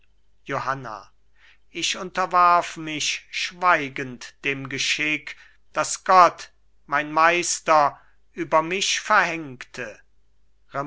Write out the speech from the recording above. johanna ich unterwarf mich schweigend dem geschick das gott mein meister über mich verhängte